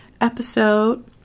episode